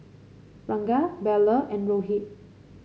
Ranga Bellur and Rohit